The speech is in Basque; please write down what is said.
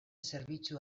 zerbitzu